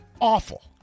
awful